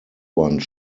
one